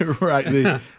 right